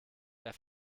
der